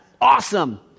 awesome